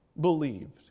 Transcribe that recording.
believed